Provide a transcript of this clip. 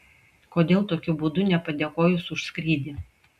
kodėl tokiu būdu nepadėkojus už skrydį